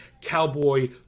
cowboy